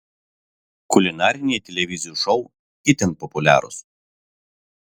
kulinariniai televizijų šou itin populiarūs